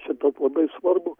šitaip labai svarbu